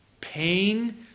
pain